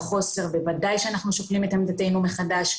חוסר ודאי שאנחנו שוקלים את עמדתנו מחדש.